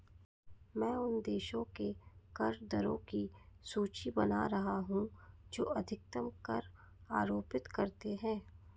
मैं उन देशों के कर दरों की सूची बना रहा हूं जो अधिकतम कर आरोपित करते हैं